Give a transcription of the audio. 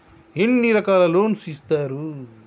ఎన్ని రకాల లోన్స్ ఇస్తరు?